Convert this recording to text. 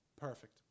Perfect